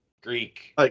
Greek